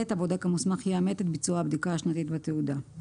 הבודק המוסמך יאמת את ביצוע הבדיקה השנתית בתעודה.